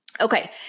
Okay